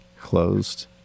closed